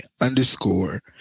underscore